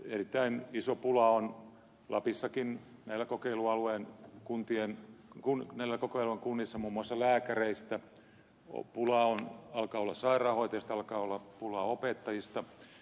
erittäin iso pula on lapissakin näissä kokeilualueiden kunnissa muun muassa lääkäreistä pulaa alkaa olla sairaanhoitajista alkaa olla pulaa opettajista